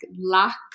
lack